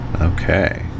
Okay